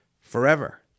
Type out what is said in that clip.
forever